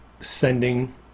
sending